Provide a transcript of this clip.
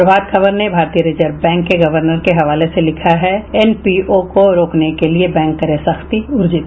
प्रभात खबर ने भारतीय reserve bank के गवर्नर के हवाले से लिखा है एनपीओ को रोकने के लिए बैंक करे सख्ती उर्जित